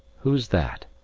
who's that?